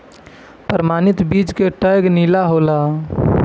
प्रमाणित बीज के टैग नीला होला